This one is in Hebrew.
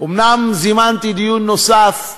אומנם זימנתי דיון נוסף,